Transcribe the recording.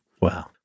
wow